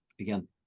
again